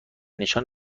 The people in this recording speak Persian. نشان